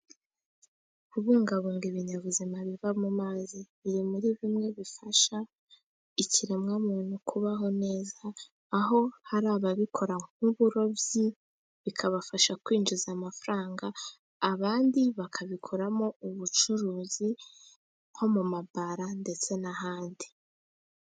Kubungabunga ibinyabuzima biva mu mazi biri muri bimwe bifasha ikiremwamuntu kubaho neza. Aho hari ababikora nk'uburobyi bikabafasha kwinjiza amafaranga abandi bakabikoramo ubucuruzi nko mu mabara ndetse n'ahandi.